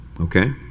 Okay